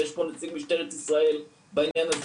ויש פה נציג משטרת ישראל בעניין הזה,